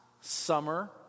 summer